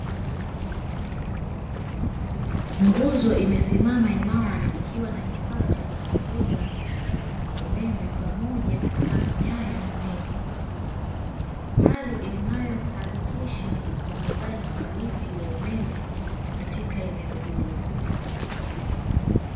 Nguzo imesimama imara ikiwa na kifaa cha kupunguza umeme pamoja na nyaya nene. Hali inayohakikisha usambazaji thabiti wa umeme katika eneo hilo.